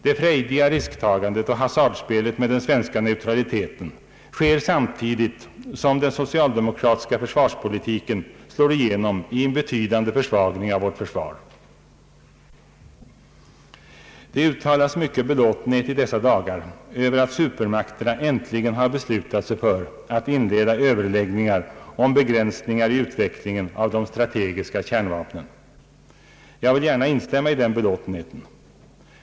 Det frejdiga risktagandet och hasardspelet med den svenska neutraliteten sker samtidigt som den socialdemokratiska försvarspolitiken «slår igenom i en betydande försvagning av vårt försvar. Det uttalas mycken belåtenhet i dessa dagar över att supermakterna äntligen har beslutat sig för att inleda överläggningar om begränsningar i utvecklingen av de strategiska kärnvapnen. Jag vill gärna instämma i den belåtenheten.